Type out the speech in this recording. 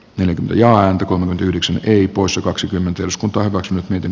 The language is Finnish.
belgia on kohonnut yhdeksi hipoissa kaksikymmentä oskun taivas miten